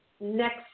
next